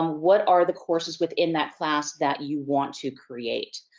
um what are the courses within that class that you want to create?